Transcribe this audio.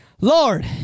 Lord